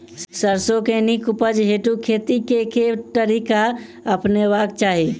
सैरसो केँ नीक उपज हेतु खेती केँ केँ तरीका अपनेबाक चाहि?